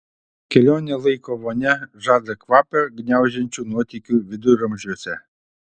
kelionė laiko vonia žada kvapą gniaužiančių nuotykių viduramžiuose